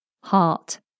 heart